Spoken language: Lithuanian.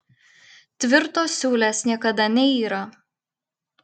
tvirtos siūlės niekada neyra